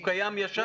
הוא קיים ישר?